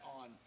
on